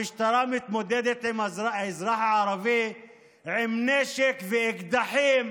המשטרה מתמודדת עם האזרח הערבי עם נשק ואקדחים